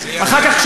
ואחר כך,